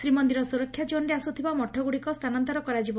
ଶ୍ରୀମନ୍ଦିର ସୁରକ୍ଷା ଜୋନ୍ରେ ଆସୁଥିବା ମଠଗୁଡ଼ିକ ସ୍ଚାନାନ୍ତର କରାଯିବ